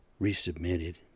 resubmitted